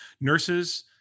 Nurses